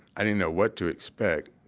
i didn't know what to expect,